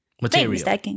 material